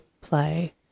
play